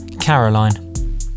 Caroline